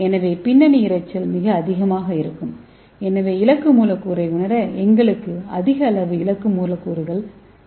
எனவே பின்னணி இரைச்சல் மிக அதிகமாக இருக்கும் எனவே இலக்கு மூலக்கூறை உணர எங்களுக்கு அதிக அளவு இலக்கு மூலக்கூறுகள் தேவை